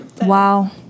Wow